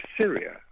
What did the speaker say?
Syria